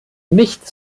nicht